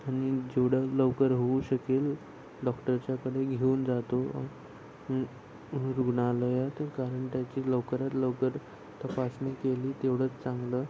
आणि जेवढं लवकर होऊ शकेल डॉक्टरच्याकडे घेऊन जातो रुग्णालयात कारण त्याची लवकरात लवकर तपासणी केली तेवढंच चांगलं